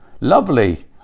lovely